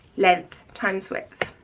length times width